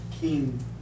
King